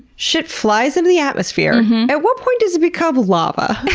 shit flies into the atmosphere. at what point does it become lava?